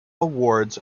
awards